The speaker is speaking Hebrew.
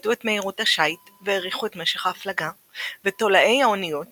האטו את מהירות השיט והאריכו את משך ההפלגה; ותולעי האוניות,